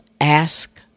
ask